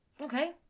Okay